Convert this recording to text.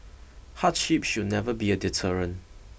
hardship should never be a deterrent